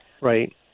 right